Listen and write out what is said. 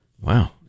Wow